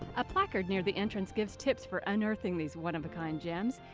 a placard near the entrance gives tips for unearthing these one of a kind gems.